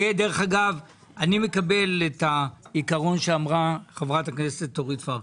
אני מקבל את העיקרון שאמרה חברת הכנסת אורית פרקש,